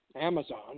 Amazon